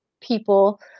people